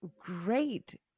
great